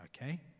okay